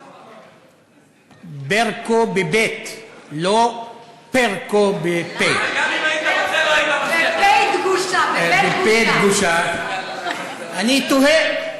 "ברקו" בבי"ת, לא "פרקו", בפ"א דגושה, אני תוהה,